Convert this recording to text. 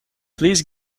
please